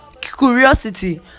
curiosity